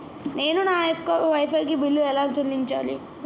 నేను నా యొక్క వై ఫై కి ఎలా బిల్లు చెల్లించాలి?